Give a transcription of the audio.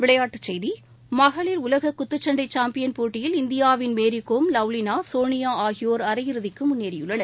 விளையாட்டுச் செய்தி உலககுத்துச்சண்டைசாம்பியன் போட்டியில் இந்தியாவின் மகளிர் லவ்லினா சோனியாஆகியோர் அரையிறுதிக்குமுன்னேறியுள்ளனர்